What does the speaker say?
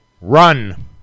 Run